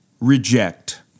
reject